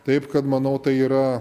taip kad manau tai yra